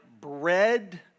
bread